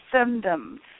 symptoms